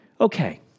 Okay